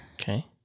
Okay